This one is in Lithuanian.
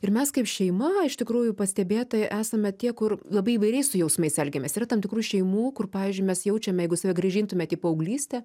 ir mes kaip šeima iš tikrųjų pastebėt tai esame tie kur labai įvairiai su jausmais elgiamės yra tam tikrų šeimų kur pavyzdžiui mes jaučiame jeigu save grąžintumėt į paauglystę